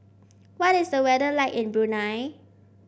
what is the weather like in Brunei